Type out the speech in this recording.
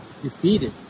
defeated